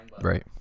right